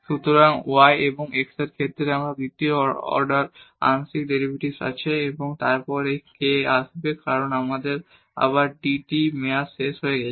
সুতরাং y এবং x এর ক্ষেত্রে আমাদের দ্বিতীয় অর্ডার আংশিক ডেরিভেটিভ আছে এবং তারপর এই k আসবে কারণ আমাদের আবার dy ওভার dt হবে